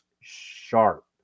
sharp